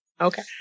Okay